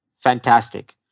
fantastic